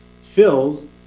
fills